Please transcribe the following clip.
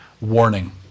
warning